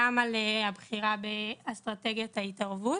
גם על הבחירה באסטרטגיית ההתערבות.